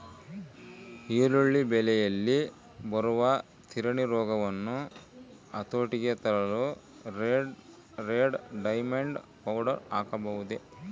ಈರುಳ್ಳಿ ಬೆಳೆಯಲ್ಲಿ ಬರುವ ತಿರಣಿ ರೋಗವನ್ನು ಹತೋಟಿಗೆ ತರಲು ರೆಡ್ ಡೈಮಂಡ್ ಪೌಡರ್ ಹಾಕಬಹುದೇ?